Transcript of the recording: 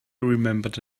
remembered